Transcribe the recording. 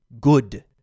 good